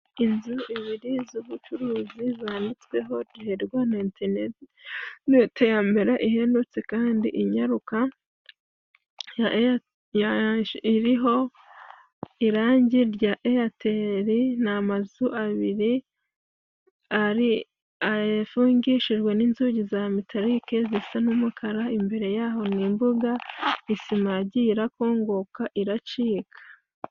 Inzu ebyiri z'ubucuruzi zanditsweho "Ryoherwa na interineti ya mbere ihendutse kandi inyaruka", iriho irangi rya eyateli. Ni amazu abiri afungishijwe n'inzugi za mitalike zisa n'umukara. Imbere yaho ni imbuga isima yagiye irakongoka iracika.